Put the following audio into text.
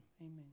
Amen